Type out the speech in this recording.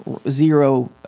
zero